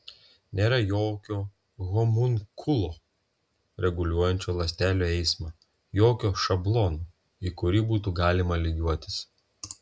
nėra jokio homunkulo reguliuojančio ląstelių eismą jokio šablono į kurį būtų galima lygiuotis